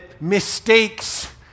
mistakes